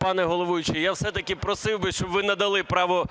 Пане головуючий, я все-таки просив би, щоб ви надали право